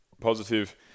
positive